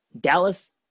Dallas